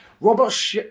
Robert